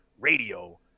Radio